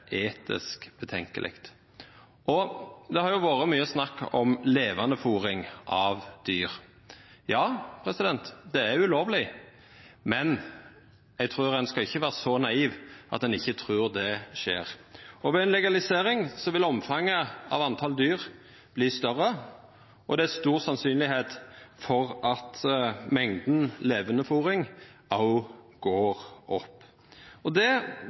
har vore mykje snakk om levande fôring av dyr. Ja, det er ulovleg, men eg trur ikkje ein skal vera så naiv at ein ikkje trur det skjer. Ved legalisering vil omfanget av talet på dyr verta større, og det er svært sannsynleg at mengda levande fôring òg går opp. Det er ikkje noko som Senterpartiet ønskjer, og